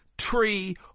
Tree